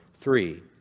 three